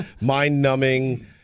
mind-numbing